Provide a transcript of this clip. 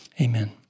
Amen